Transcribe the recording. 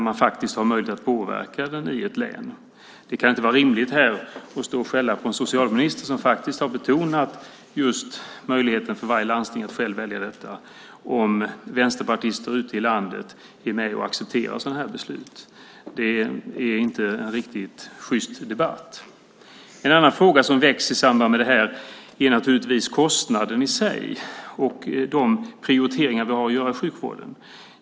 Om vänsterpartister ute i landet är med och accepterar sådana här beslut kan det inte vara rimligt att stå och skälla på en socialminister som faktiskt har betonat just möjligheten för varje landsting att självt välja detta. Det är inte en riktigt sjyst debatt. En annan fråga som väcks i samband med det här är naturligtvis kostnaden i sig och de prioriteringar vi har att göra i sjukvården.